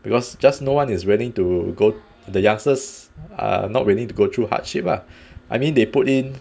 because just no one is willing to go the youngsters are not ready to go through hardship ah I mean they put in